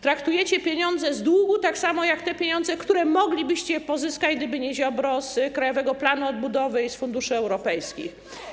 Traktujecie pieniądze z długu tak samo jak te pieniądze, które moglibyście pozyskać, gdyby nie Ziobro, z Krajowego Planu Odbudowy i z funduszy europejskich.